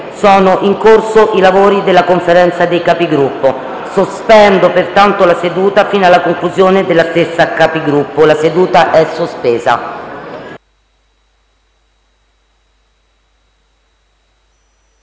sono in corso i lavori della Conferenza dei Capigruppo. Sospendo pertanto la seduta fino alla conclusione della stessa. (La seduta, sospesa